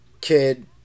kid